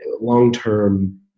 long-term